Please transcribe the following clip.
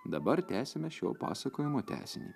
dabar tęsiame šio pasakojimo tęsinį